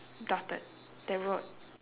dotted the road